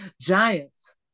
giants